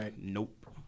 nope